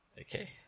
Okay